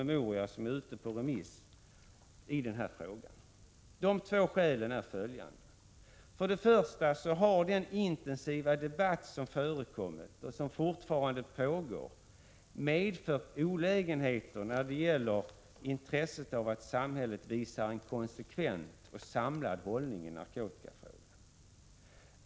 1986/87:74 promemoria, som är ute på remiss. De två skälen är följande: 18 februari 1987 För det första har den intensiva debatt som förekommit och som fortfarande pågår medfört olägenheter när det gäller intresset för att samhället visar en konsekvent och samlad hållning i narkotikafrågan.